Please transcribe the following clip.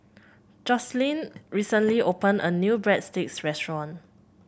Joycelyn recently opened a new Breadsticks restaurant